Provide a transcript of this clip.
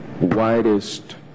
widest